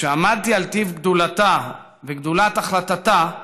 כשעמדתי על טיב גדולתה וגדולת החלטתה,